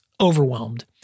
overwhelmed